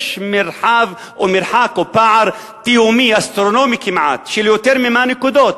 יש מרחב או מרחק או פער תהומי אסטרונומי כמעט של יותר מ-100 נקודות